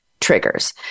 triggers